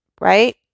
Right